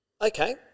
Okay